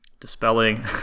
dispelling